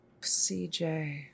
CJ